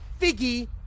Figgy